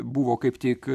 buvo kaip tik